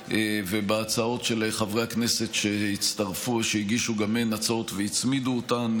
ובהצעות של חברי הכנסת שהגישו גם הם הצעות והצמידו אותן,